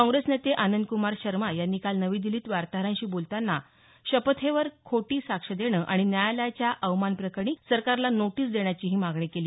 काँग्रेस नेते आनंद्कूमार शर्मा यांनी काल नवी दिल्लीत वार्ताहरांशी बोलतांना शपथेवर खोटी साक्ष देणं आणि न्यायालयाच्या अवमान प्रकरणी सरकारला नोटीस देण्याचीही मागणी केली